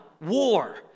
war